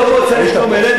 לא מועצה לשלום הילד,